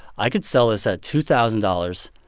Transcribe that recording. i could sell this at two thousand dollars.